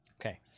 okay